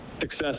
success